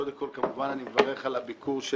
קודם כול, אני מברך על הביקור של